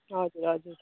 हजुर हजुर